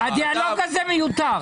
אתה --- הדיאלוג הזה מיותר,